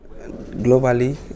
Globally